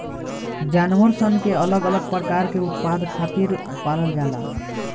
जानवर सन के अलग अलग प्रकार के उत्पाद खातिर पालल जाला